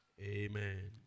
Amen